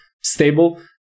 stable